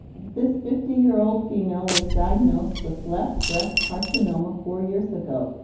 this fifty year old female was diagnosed with left breast carcinoma four years ago,